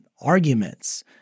arguments